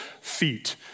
feet